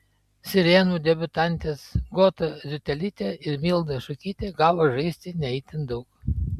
sirenų debiutantės goda ziutelytė ir milda šukytė gavo žaisti ne itin daug